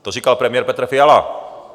To říkal premiér Petr Fiala.